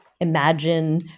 imagine